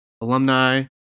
alumni